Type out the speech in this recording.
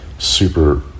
super